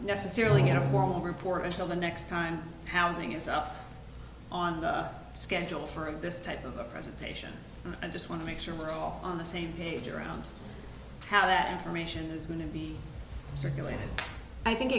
necessarily get a formal report until the next time housing is up on the schedule for this type of a presentation i just want to make sure we're all on the same page around how that information is going to be circulated i think